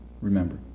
remember